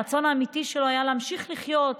הרצון האמיתי שלו היה להמשיך לחיות,